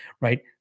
right